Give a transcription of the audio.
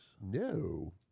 No